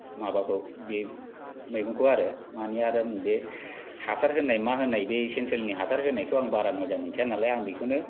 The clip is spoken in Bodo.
माबाखौ बे मैगंखौ आरो माने आरो आं बे हासार होनाय मा होनाय बे सेन्ट्रेलनि हासार होनायखौ आं बारा मोजां मोनखाया नालाय आं बेखौनो